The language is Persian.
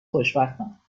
خوشبختم